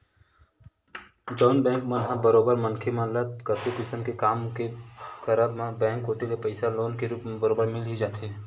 जउन बेंक मन ह बरोबर मनखे मन ल कतको किसम के काम के करब म बेंक कोती ले पइसा लोन के रुप म बरोबर मिल ही जाथे